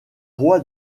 roi